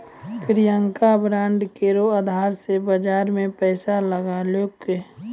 Priyanka bond केरो अधार से बाजार मे पैसा लगैलकै